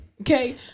okay